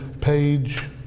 page